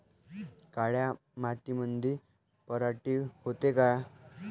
काळ्या मातीमंदी पराटी होते का?